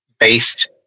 based